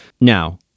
Now